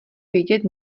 vědět